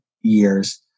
years